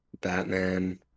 Batman